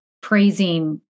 praising